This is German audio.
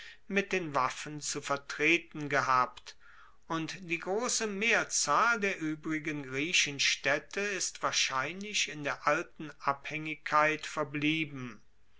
mit den waffen zu vertreten gehabt und die grosse mehrzahl der uebrigen griechenstaedte ist wahrscheinlich in der alten abhaengigkeit verblieben